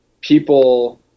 People